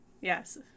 yes